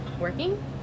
working